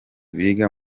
biga